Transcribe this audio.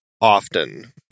often